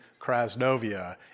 Krasnovia